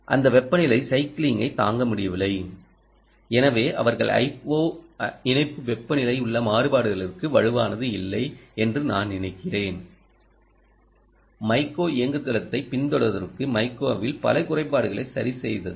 அந்த வெப்பநிலை சைக்கிளிங்கை தாங்க முடியவில்லை எனவே அவர்கள் IO இணைப்பு வெப்பநிலை உள்ள மாறுபாடுகளுக்கு வலுவானது இல்லை என்று நான் நினைக்கிறேன் மைக்கா இயங்குதளத்தைப் பின்தொடர்வதற்கு மைக்காவில் பல குறைபாடுகளைச் சரிசெய்தது